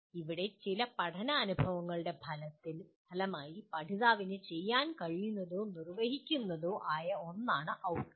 ഇവിടെ ചില പഠനാനുഭവങ്ങളുടെ ഫലമായി പഠിതാവിന് ചെയ്യാൻ കഴിയുന്നതോ നിർവ്വഹിക്കുന്നതോ ആയ ഒന്നാണ് ഔട്ട്കം